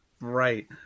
right